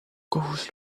kohus